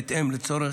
בהתאם לצורך,